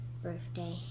birthday